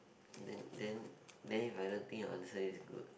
and then then then if I don't think your answer is good